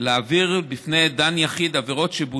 התשע"ח 2018. אני מתכבד להביא לפניכם את החלטת ועדת החוקה,